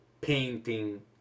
painting